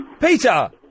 Peter